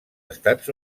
estats